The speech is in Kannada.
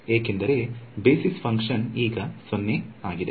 ಏಕೆಂದರೆ ಬೇಸಿಸ್ ಫಂಕ್ಷನ್ ಈಗ 0 ಆಗಿದೆ